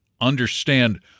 understand